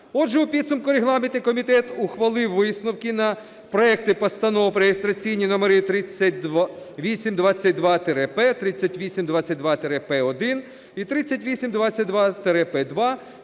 Отже, у підсумку регламентний комітет ухвалив висновки на проекти Постанов реєстраційні номери: 3822-П, 3822-П1 і 3822-П2,